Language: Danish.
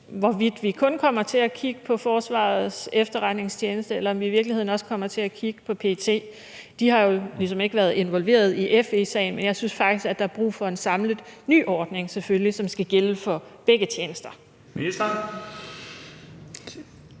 hvorvidt vi kun kommer til at kigge på Forsvarets Efterretningstjeneste, eller om vi i virkeligheden også kommer til at kigge på PET? De har jo ligesom ikke været involveret i FE-sagen, men jeg synes faktisk, at der er brug for en – selvfølgelig – ny samlet ordning, som skal gælde for begge tjenester.